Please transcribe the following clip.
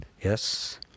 Yes